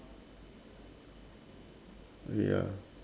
ya